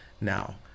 Now